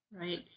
Right